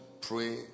pray